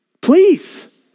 Please